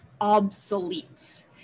obsolete